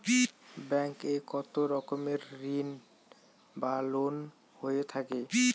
Bank এ কত রকমের ঋণ বা লোন হয়ে থাকে?